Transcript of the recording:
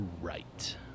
right